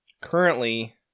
currently